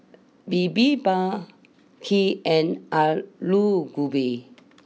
Bibimbap Kheer and Alu Gobi